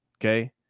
Okay